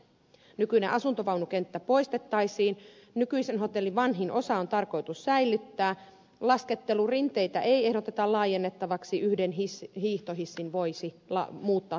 nykyinen asuntovaunukenttä poistettaisiin nykyisen hotellin vanhin osa on tarkoitus säilyttää laskettelurinteitä ei ehdoteta laajennettavaksi yhden hiihtohissin voisi muuttaa tuolihissiksi